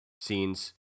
scenes